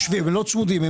הם לא צמודים,.